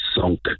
sunk